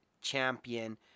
champion